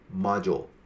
module